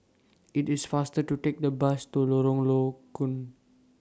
IT IS faster to Take The Bus to Lorong Low Koon